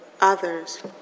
others